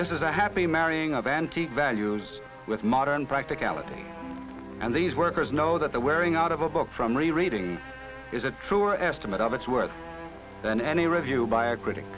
this is a happy marrying of antique values with modern practicality and these workers know that the wearing out of a book from rereading is a truer estimate of its worth than any review by a